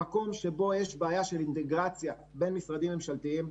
במקום שבו יש בעיה של אינטגרציה בין משרדים ממשלתיים,